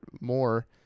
more